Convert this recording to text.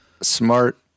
smart